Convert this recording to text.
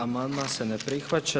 Amandman se ne prihvaća.